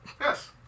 Yes